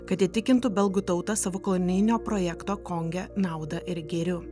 kad įtikintų belgų tautą savo kolonijinio projekto konge nauda ir gėriu